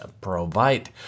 provide